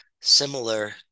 similar